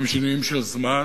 הם שינויים של זמן,